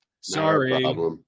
sorry